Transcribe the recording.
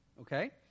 okay